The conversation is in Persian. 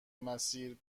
مسیر